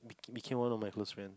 became one of my close friend